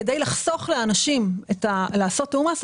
כדי לחסוך לאנשים לעשות תיאום מס,